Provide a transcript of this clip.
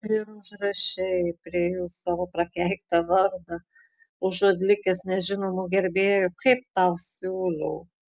ir užrašei prie jų savo prakeiktą vardą užuot likęs nežinomu gerbėju kaip tau siūliau